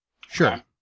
Sure